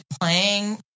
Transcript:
playing